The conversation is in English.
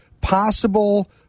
possible